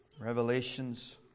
Revelations